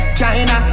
China